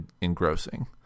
engrossing